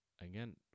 again